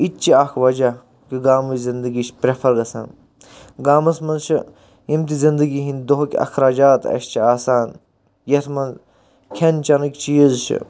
یہِ تہِ چھُ اَکھ وَجہ کہِ گامٕچ زِنٛدگی چھِ پرٛٮ۪فر گَژھان گامس منٛز چھُ یِم تہِ زِندگی ہِنٛدۍ دُہُکۍ اَخراجات اسہِ چھِ آسان یَتھ منٛز کھیٚن چینٕکۍ چیٖز چھِ